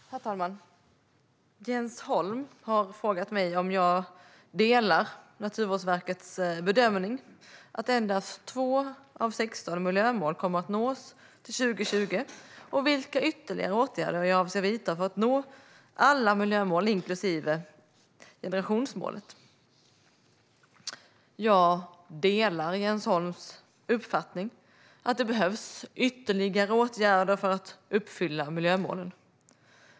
Herr talman! Jens Holm har frågat mig om jag delar Naturvårdsverkets bedömning att endast 2 av 16 miljömål kommer att nås till 2020 och vilka ytterligare åtgärder jag avser att vidta för att alla miljömål, inklusive generationsmålet, ska uppnås. Jag delar Jens Holms uppfattning att det behövs ytterligare åtgärder för att uppfylla miljömålen.